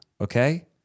okay